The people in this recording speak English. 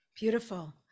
beautiful